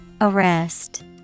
Arrest